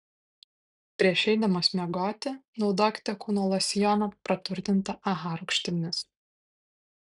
prieš eidamos miegoti naudokite kūno losjoną praturtintą aha rūgštimis